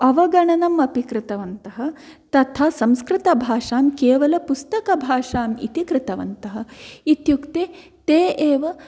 अवगणनमपि कृतवन्तः तथा संस्कृतभाषां केवलं पुस्तकभाषामिति कृतवन्तः इत्युक्ते ते एव